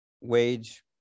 wage